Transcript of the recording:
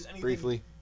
Briefly